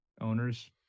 Owners